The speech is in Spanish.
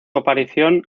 aparición